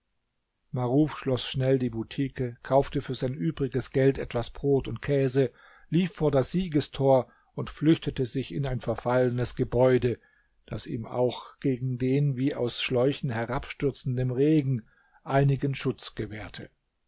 maruf schloß schnell die butike kaufte für sein übriges geld etwas brot und käse lief vor das siegestor und flüchtete sich in ein verfallenes gebäude das ihm auch gegen den wie aus schläuchen herabstürzendem regen einigen schutz gewährte